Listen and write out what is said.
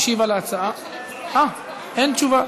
משיב על ההצעה, אה, אין תשובה.